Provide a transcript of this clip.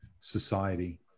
society